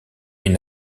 une